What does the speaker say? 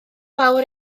fawr